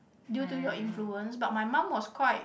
due to your influence but my mum was quite